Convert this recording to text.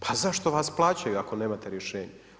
Pa zašto vas plaću ako nemate rješenje?